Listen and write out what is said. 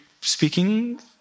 speaking